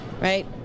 right